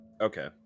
okay